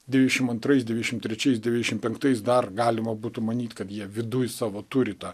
devyniasdešimt antrais devyniasdešimt trečiais devyniasdešimt penktais dar galima būtų manyti kad jie viduj savo turi tą